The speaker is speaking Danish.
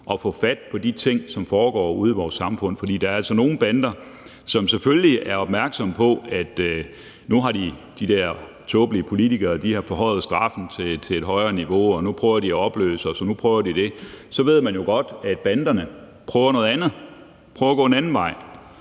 og få fat på de ting, som foregår ude i vores samfund, for der er altså nogle bander, som selvfølgelig er opmærksomme på, at nu har de der tåbelige politikere forhøjet strafniveauet, og nu prøver de at opløse os, nu prøver de på det. Og så ved man jo godt, at banderne prøver noget andet, prøver at gå en anden vej.